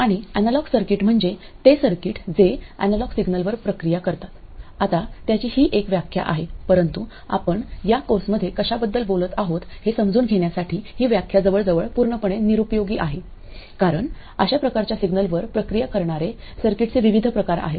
आणि analog circuit म्हणजे ते सर्किट जे एनालॉग सिग्नलवर प्रक्रिया करतात आता त्याची ही एक व्याख्या आहे परंतु आपण या कोर्समध्ये कशाबद्दल बोलत आहोत हे समजून घेण्यासाठी ही व्याख्या जवळजवळ पूर्णपणे निरुपयोगी आहे कारण अशा प्रकारच्या सिग्नलवर प्रक्रिया करणारे सर्किटचे विविध प्रकार आहेत